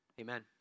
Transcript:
Amen